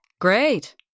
great